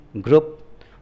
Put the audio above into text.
group